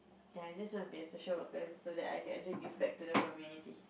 ya I just want to be a social worker so that I can actually give back to the community